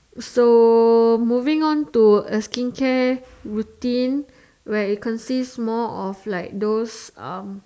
so moving on to a skincare routine where it consists more of like those um